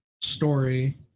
story